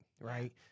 right